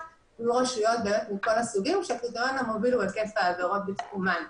יהיו רשויות מכל הסוגים והקריטריון המוביל הוא היקף העבירות בתחומן.